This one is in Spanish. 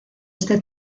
este